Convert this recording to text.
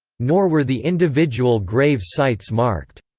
nor were the individual grave sites marked.